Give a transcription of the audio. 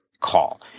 call